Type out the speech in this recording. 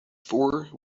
four